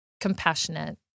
compassionate